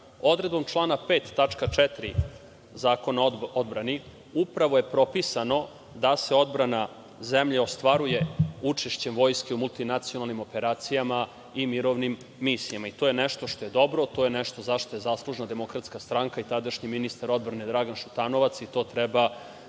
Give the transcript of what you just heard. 5. tačka 4) Zakona o odbrani upravo je propisano da se odbrana zemlje ostvaruje učešćem Vojske u multinacionalnim operacijama i mirovnim misijama. To je nešto što je dobro, to je nešto za šta je zaslužena Demokratska stranka i tadašnji ministar odbrane Dragan Šutanovac i to treba